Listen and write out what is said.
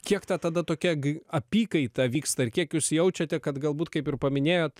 kiek ta tada tokia gi apykaita vyksta ir kiek jūs jaučiate kad galbūt kaip ir paminėjot